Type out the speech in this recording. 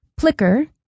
Plicker